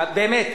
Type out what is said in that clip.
באמת,